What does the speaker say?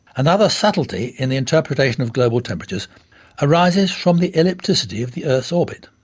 another subtlety in the interpretation of global temperatures arises from the ellipticity of the earth's orbit.